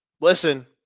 Listen